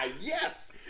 Yes